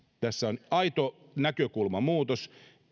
tässä on aito näkökulmamuutos